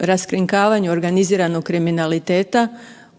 raskrinkavanju organiziranog kriminaliteta